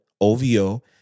ovo